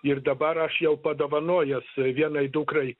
ir dabar aš jau padovanojęs vienai dukrai